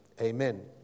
Amen